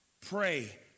Pray